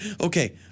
Okay